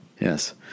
Yes